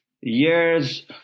years